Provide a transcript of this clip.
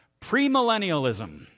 premillennialism